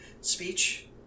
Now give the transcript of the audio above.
speech